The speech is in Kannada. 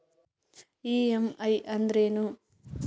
ಇ.ಎಂ.ಐ ಅಂದ್ರೇನು?